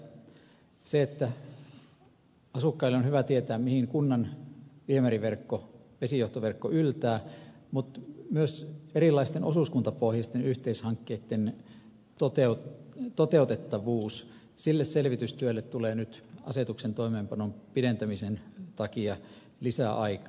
asukkaiden on hyvä tietää mihin kunnan viemäriverkko ja vesijohtoverkko yltävät mutta myös erilaisten osuuskuntapohjaisten yhteishankkeitten toteutettavuuden selvitystyölle tulee nyt asetuksen toimeenpanon pidentämisen takia lisäaikaa